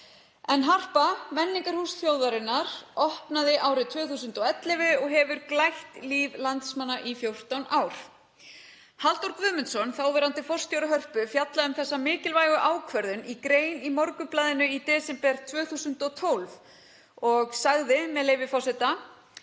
En Harpa, menningarhús þjóðarinnar, opnaði árið 2011 og hefur glætt líf landsmanna í 14 ár. Halldór Guðmundsson, þáverandi forstjóra Hörpu, fjallaði um þessa mikilvægu ákvörðun í grein í Morgunblaðinu í desember 2012 og sagði, með leyfi forseta: